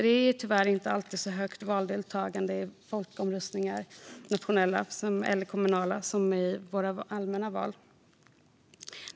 Det är tyvärr inte alltid lika högt valdeltagande i kommunala folkomröstningar som i våra allmänna val.